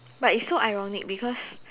but it's so ironic because